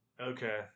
Okay